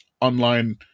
online